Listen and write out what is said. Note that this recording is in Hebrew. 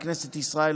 מכנסת ישראל,